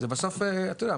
אתה יודע,